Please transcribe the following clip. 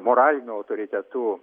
moraliniu autoritetu